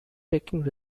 taking